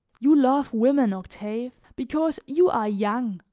you love women, octave, because you are young,